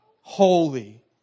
holy